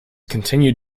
continued